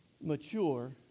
mature